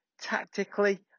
tactically